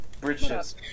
Bridges